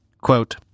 Quote